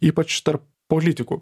ypač tarp politikų